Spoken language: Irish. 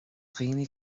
dhaoine